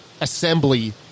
assembly